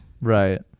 right